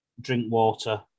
Drinkwater